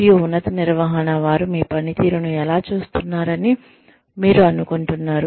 మరియు ఉన్నత నిర్వహణ వారు మీ పనితీరును ఎలా చూస్తున్నారని మీరు అనుకుంటున్నారు